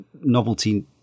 novelty